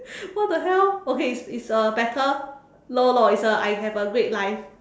what the hell okay it's it's a better no no it's a I have a great life